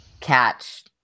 catch